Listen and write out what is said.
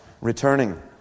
returning